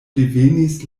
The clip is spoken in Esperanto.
devenis